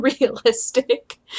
realistic